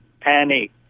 panic